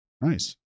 Nice